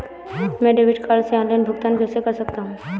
मैं debit card से online भुगतान कैसे कर सकता हूँ?